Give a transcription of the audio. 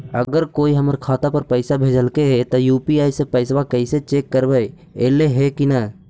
अगर कोइ हमर खाता पर पैसा भेजलके हे त यु.पी.आई से पैसबा कैसे चेक करबइ ऐले हे कि न?